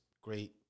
great